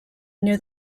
near